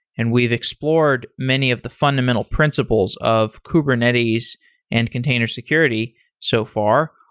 and we've explored many of the fundamental principles of kubernetes and container security so far.